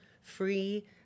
free